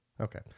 Okay